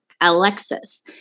Alexis